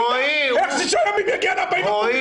איך שישה ימים יגיע ל-40%?